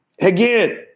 Again